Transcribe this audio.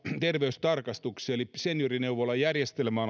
terveystarkastuksia eli seniorineuvolajärjestelmää